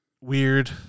weird